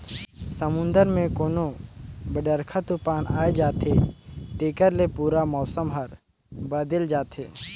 समुन्दर मे कोनो बड़रखा तुफान आये जाथे तेखर ले पूरा मउसम हर बदेल जाथे